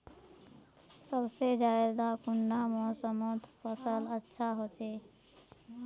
सबसे ज्यादा कुंडा मोसमोत फसल अच्छा होचे?